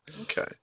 Okay